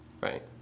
right